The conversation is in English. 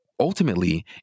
Ultimately